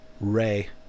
Ray